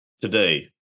today